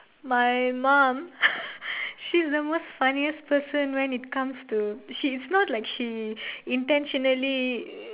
my mum she's the most funniest person when it comes to she is not like she intentionally